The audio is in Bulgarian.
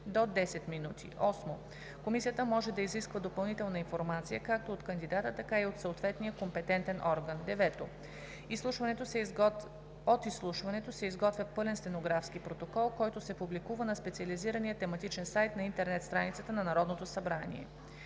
до 10 минути. 8. Комисията може да изисква допълнителна информация както от кандидата, така и от съответния компетентен орган. 9. От изслушването се изготвя пълен стенографски протокол, който се публикува на специализирания тематичен сайт на интернет страницата на Народното събрание.